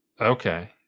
Okay